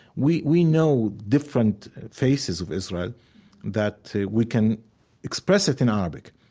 we we know different faces of israel that we can express it in arabic.